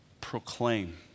proclaim